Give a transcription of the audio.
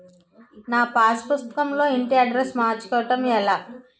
నా పాస్ పుస్తకం లో ఇంటి అడ్రెస్స్ మార్చుకోవటం ఎలా?